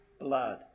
blood